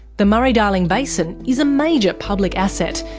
the murray-darling basin is a major public asset,